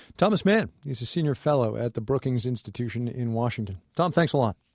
thomas mann. he's a senior fellow at the brookings institution in washington. tom, thanks a lot.